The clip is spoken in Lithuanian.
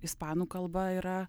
ispanų kalba yra